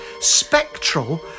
spectral